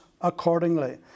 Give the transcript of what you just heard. accordingly